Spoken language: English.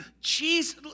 Jesus